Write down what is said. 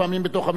אבל אתה שר טוב.